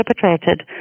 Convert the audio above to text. perpetrated